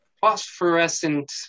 phosphorescent